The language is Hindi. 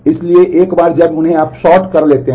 इसलिए एक बार जब आप उन्हें सॉर्ट हो सकते हैं